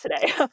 today